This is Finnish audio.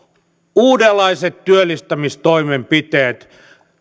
uudenlaiset työllistämistoimenpiteet